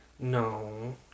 No